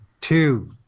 two